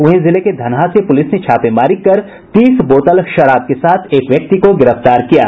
वहीं जिले के धनहा से पुलिस ने छापेमारी कर तीस बोतल शराब के साथ एक व्यक्ति को गिरफ्तार किया है